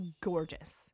gorgeous